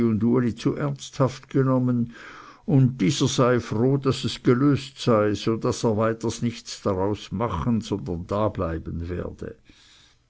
zu ernsthaft genommen und dieser sei froh daß es gelöst sei so daß er weiters nichts daraus machen sondern dableiben werde